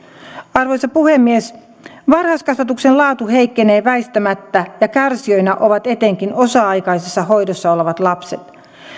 arvoisa puhemies varhaiskasvatuksen laatu heikkenee väistämättä ja kärsijöinä ovat etenkin osa aikaisessa hoidossa olevat lapset